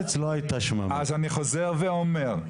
ואומר,